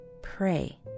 pray